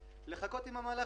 תודה.